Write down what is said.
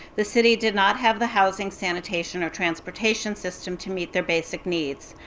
the city did not have the housing, sanitation, or transportation system to meet their basic needs.